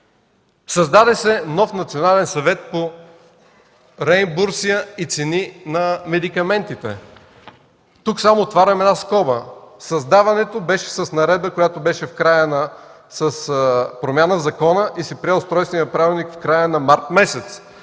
Създаде се нов Национален съвет по реимбурсия и цени на медикаментите. Тук само отварям една скоба – създаването беше с наредба, която беше с промяна в закона и се прие Устройственият правилник в края на март месец.